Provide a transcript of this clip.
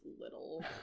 little